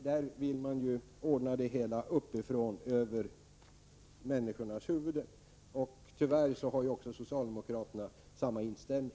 Där vill man ordna det uppifrån, över människornas huvuden. Tyvärr har också socialdemokraterna samma inställning.